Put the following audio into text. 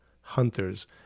hunters